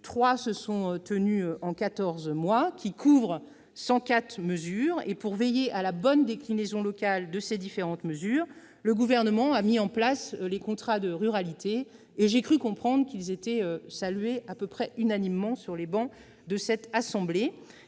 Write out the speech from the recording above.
nombre de trois en 14 mois, et à l'origine de 104 mesures. Pour veiller à la bonne déclinaison locale de ces différentes mesures, le Gouvernement a mis en place les contrats de ruralité, dont j'ai cru comprendre qu'ils étaient salués à peu près unanimement sur les travées de cette assemblée.